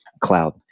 cloud